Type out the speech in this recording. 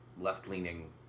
left-leaning